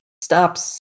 stops